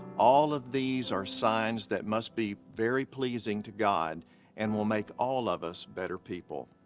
all of these are signs that must be very pleasing to god and will make all of us better people.